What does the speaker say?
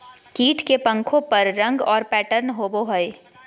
कीट के पंखों पर रंग और पैटर्न होबो हइ